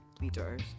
leaders